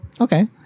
Okay